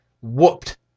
whooped